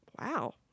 wow